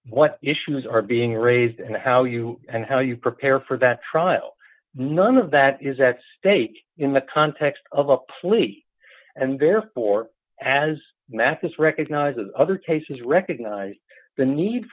what issues are being raised and how you and how you prepare for that trial none of that is at stake in the context of a plea and therefore as mathis recognizes other cases recognize the need